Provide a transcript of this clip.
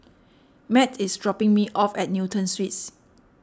Matt is dropping me off at Newton Suites